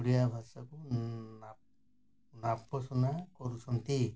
ଓଡ଼ିଆ ଭାଷାକୁ ନା ନାପସନ୍ଦ କରୁଛନ୍ତି